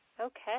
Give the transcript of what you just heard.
Okay